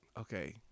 okay